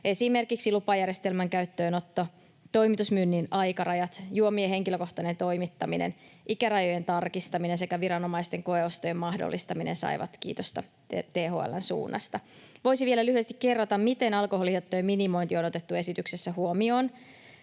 Esimerkiksi lupajärjestelmän käyttöönotto, toimitusmyynnin aikarajat, juomien henkilökohtainen toimittaminen, ikärajojen tarkistaminen sekä viranomaisten koeostojen mahdollistaminen saivat kiitosta THL:n suunnasta. Voisi vielä lyhyesti kerrata, miten alkoholihaittojen minimointi on otettu esityksessä huomioon